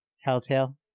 Telltale